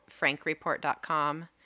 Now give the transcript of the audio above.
frankreport.com